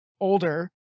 older